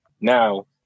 Now